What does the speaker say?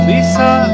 Lisa